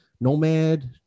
Nomad